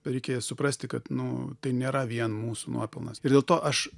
reikia suprasti kad nu tai nėra vien mūsų nuopelnas ir dėl to aš